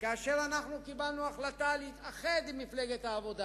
כאשר קיבלנו החלטה להתאחד עם מפלגת העבודה